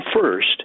first